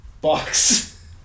box